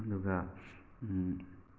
ꯑꯗꯨꯒ